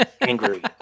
angry